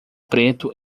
preto